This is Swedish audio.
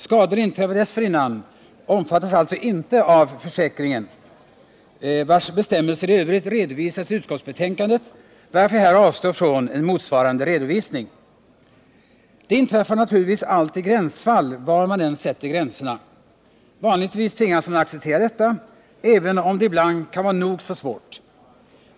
Skador, inträffade dessförinnan, omfattas alltså inte av försäkringen, vars bestämmelser i övrigt redovisas i utskottsbetänkandet, varför jag här avstår från en motsvarande redovisning. Det inträffar naturligtvis alltid gränsfall var man än sätter gränserna. 143 Vanligtvis tvingas man acceptera detta, även om det ibland kan vara nog så svårt.